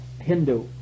Hindu